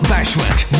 Bashment